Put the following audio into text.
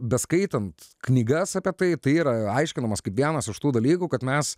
beskaitant knygas apie tai tai yra aiškinamas kaip vienas iš tų dalykų kad mes